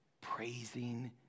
praising